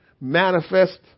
manifest